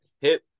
hip